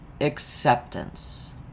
acceptance